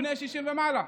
בני 60 ומעלה?